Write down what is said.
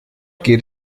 geht